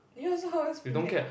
you also always forget